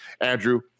Andrew